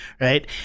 right